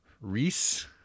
Reese